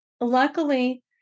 Luckily